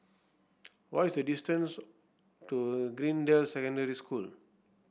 what is the distance to Greendale Secondary School